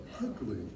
ugly